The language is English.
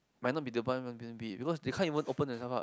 but not person be because they can't even open themselves up